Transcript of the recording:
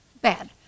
bad